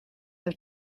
have